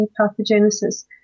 pathogenesis